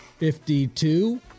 Fifty-two